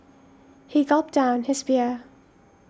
he gulped down his beer